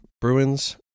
Bruins